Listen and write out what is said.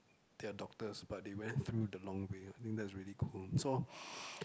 they are doctors but they went through the long way I think that's really cool so